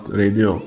radio